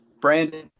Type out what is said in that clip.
Brandon